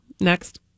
next